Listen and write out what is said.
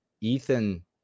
Ethan